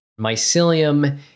Mycelium